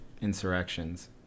insurrections